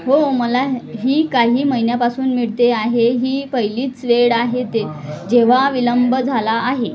हो मला ही काही महिन्यापासून मिळते आहे ही पहिलीच वेळ आहे ते जेव्हा विलंब झाला आहे